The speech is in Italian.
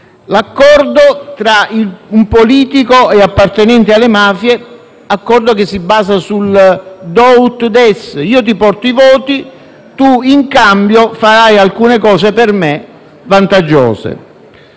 L'accordo tra un politico e appartenenti alle mafie, che si basa sul *do ut des*: io ti porto i voti e tu, in cambio, farai alcune cose vantaggiose